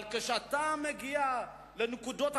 אבל כשאתה מגיע לנקודות החשובות,